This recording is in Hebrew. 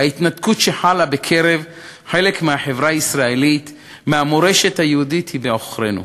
ההתנתקות שחלה בקרב חלק מהחברה הישראלית מהמורשת היהודית היא בעוכרינו.